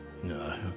No